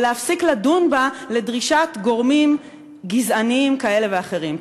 ולהפסיק לדון בה לדרישת גורמים גזעניים כאלה ואחרים.